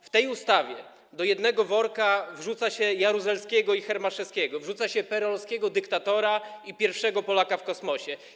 W tej ustawie do jednego worka wrzuca się Jaruzelskiego i Hermaszewskiego, wrzuca się peerelowskiego dyktatora i pierwszego Polaka w kosmosie.